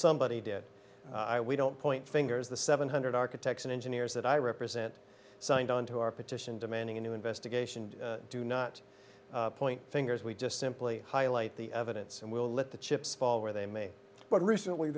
somebody did we don't point fingers the seven hundred architects and engineers that i represent signed on to our petition demanding a new investigation do not point fingers we just simply highlight the evidence and we'll let the chips fall where they may but recently